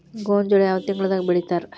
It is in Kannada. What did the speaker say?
ಗೋಂಜಾಳ ಯಾವ ತಿಂಗಳದಾಗ್ ಬೆಳಿತಾರ?